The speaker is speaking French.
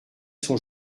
son